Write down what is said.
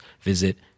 visit